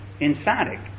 emphatic